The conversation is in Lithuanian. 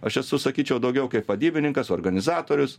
aš esu sakyčiau daugiau kaip vadybininkas organizatorius